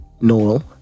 Noel